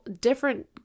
different